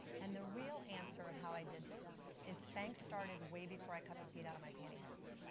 and the real answer of how i did this is spanx started way before i cut the feet out of my pantyhose.